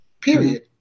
period